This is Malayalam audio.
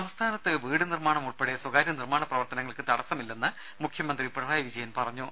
രുര സംസ്ഥാനത്ത് വീട് നിർമാണം ഉൾപ്പെടെ സ്വകാര്യ നിർമാണ പ്രവർത്തനങ്ങൾക്ക് തടസമില്ലെന്ന് മുഖ്യമന്ത്രി പറഞ്ഞു